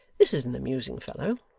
this is an amusing fellow!